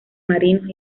marinos